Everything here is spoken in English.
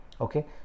okay